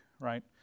right